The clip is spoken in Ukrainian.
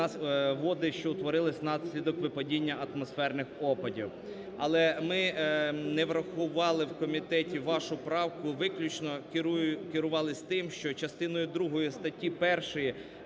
"води, що утворилася внаслідок випадіння атмосферних опадів". Але ми не врахували в комітеті вашу правку виключно керувалися тим, що частиною другої статті 1